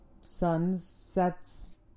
sunsets